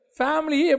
family